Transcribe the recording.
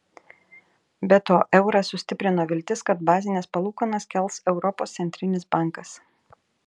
be to eurą sustiprino viltis kad bazines palūkanas kels europos centrinis bankas